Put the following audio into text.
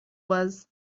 was